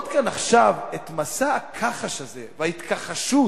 לראות כאן עכשיו את מסע הכחש הזה וההתכחשות